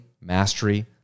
mastery